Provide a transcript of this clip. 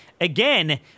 again